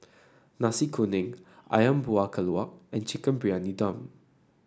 Nasi Kuning ayam Buah Keluak and Chicken Briyani Dum